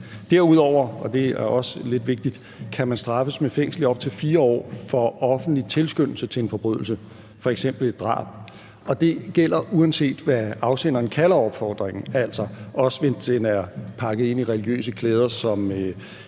Derudover – og det er også lidt vigtigt – kan man straffes med fængsel i op til 4 år for offentlig tilskyndelse til en forbrydelse, f.eks. et drab, og det gælder, uanset hvad afsenderen kalder opfordringen, altså også hvis den er pakket ind i religiøse klæder